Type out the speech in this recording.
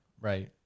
Right